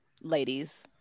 ladies